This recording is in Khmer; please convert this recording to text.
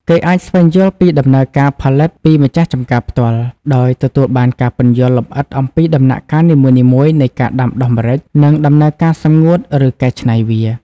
គេអាចស្វែងយល់ពីដំណើរការផលិត ពីម្ចាស់ចម្ការផ្ទាល់ ដោយទទួលបានការពន្យល់លម្អិតអំពីដំណាក់កាលនីមួយៗនៃការដាំដុះម្រេច និងដំណើរការសម្ងួត ឬកែច្នៃវា ។